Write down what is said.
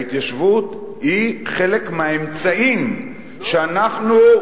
ההתיישבות היא חלק מהאמצעים שאנחנו,